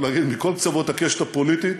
אני חייב להגיד, מכל קצוות הקשת הפוליטית,